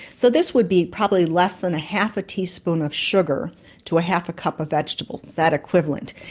so this would be probably less than half a teaspoon of sugar to ah half a cup of vegetables, that equivalent.